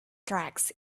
tracts